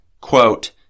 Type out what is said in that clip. quote